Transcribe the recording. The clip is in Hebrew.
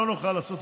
רק כדי לא להתפרק.